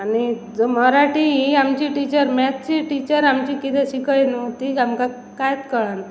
आनी जो मराठी ही आमची टिचर मॅथची टिचर आमची किदं शिकय न्हू ती आमकां कांयच कळना